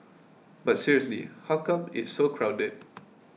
but seriously how come it's so crowded